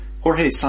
Jorge